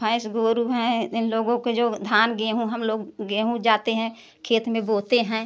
भैंस गोरू हैं इन लोगों के जो धान गेहूँ हम लोग गेहूँ जाते हैं खेत में बोते हैं